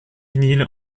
vinyle